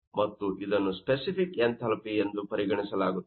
ಮತ್ತು ಇದನ್ನು specific enthalpy ಎಂದು ಪರಿಗಣಿಸಲಾಗುತ್ತದೆ